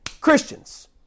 Christians